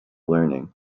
learning